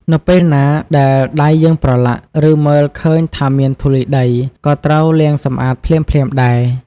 នៅពេលណាដែលដៃយើងប្រឡាក់ ឬមើលឃើញថាមានធូលីដី ក៏ត្រូវលាងសម្អាតភ្លាមៗដែរ។